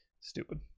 stupid